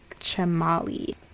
Chamali